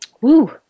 woo